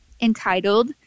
entitled